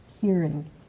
hearing